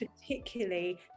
particularly